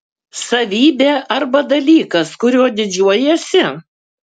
savybė arba dalykas kuriuo didžiuojiesi